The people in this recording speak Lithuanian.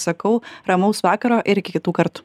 sakau ramaus vakaro ir kitų kartų